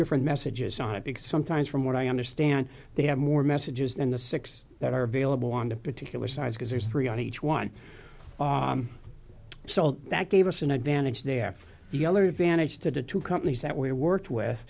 different messages on it because sometimes from what i understand they have more messages than the six that are available on the particular side because there's three on each one so that gave us an advantage there the other advantage to two companies that we worked with